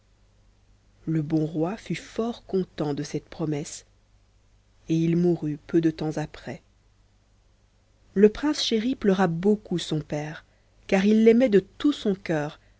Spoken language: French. le bon roi fut fort content de cette promesse et il mourut peu de temps après le prince chéri pleura beaucoup son père car il l'aimait de tout son cœur